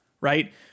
Right